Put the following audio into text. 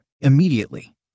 Immediately